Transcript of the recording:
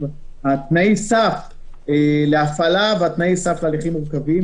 תנאי הסף להפעלה ותנאי הסף להליכים מורכבים,